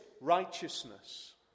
righteousness